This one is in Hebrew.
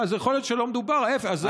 אז יכול להיות שלא מדובר, ההפך.